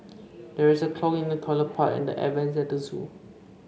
there is a clog in the toilet pipe and the air vents at the zoo